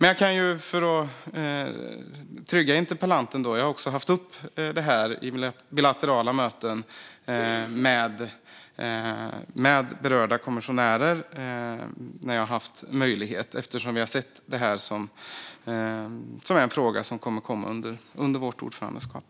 Jag kan för att trygga interpellanten säga att jag tagit upp det här på bilaterala möten med berörda kommissionärer när jag haft möjlighet eftersom vi sett det här som en fråga som kommer att komma under vårt ordförandeskap.